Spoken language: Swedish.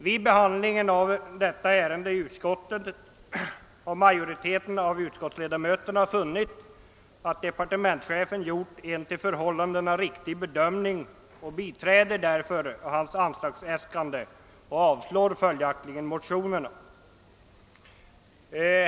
Vid behandlingen av detta ärende i utskottet har majoriteten av ledamöterna funnit, att departementschefen har gjort en efter förhållandena riktig bedömning, och biträder därför hans förslag samt avstyrker motionerna.